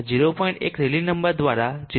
1 રેલી નંબર દ્વારા 0